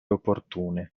oportune